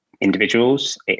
individuals